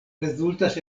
rezultas